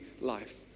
life